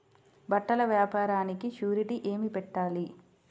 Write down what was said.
బట్టల వ్యాపారానికి షూరిటీ ఏమి పెట్టాలి?